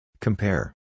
Compare